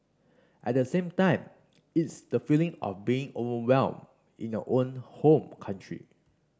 at the same time it's the feeling of being overwhelmed in your own home country